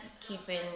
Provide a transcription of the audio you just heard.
keeping